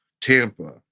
tampa